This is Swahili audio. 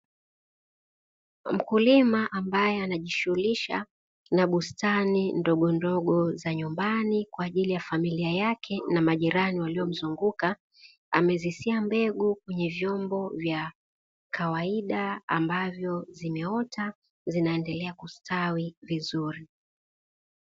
Mkulima ambae anajishughulisha na bustani ndogo ndogo za nyumbani kwa ajili ya familia yake na majirani waliomzunguka, amezisia mbegu kwenye vyombo vya kawaida ambavyo zimeota zinaendelea kustawi vizuri.